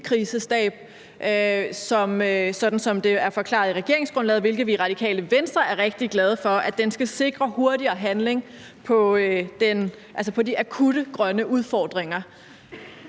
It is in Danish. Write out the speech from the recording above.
sådan som det er forklaret i regeringsgrundlaget – hvilket vi i Radikale Venstre er rigtig glade for – skal sikre hurtigere handling på de akutte grønne udfordringer.